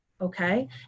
okay